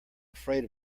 afraid